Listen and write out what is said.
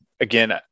Again